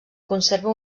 conserva